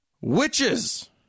Witches